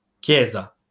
Chiesa